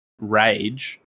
rage